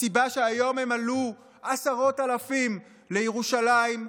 הסיבה שהיום הם עלו, עשרות אלפים, לירושלים,